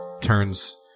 Turns